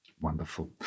Wonderful